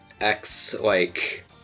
X-like